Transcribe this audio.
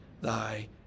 thy